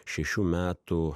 šešių metų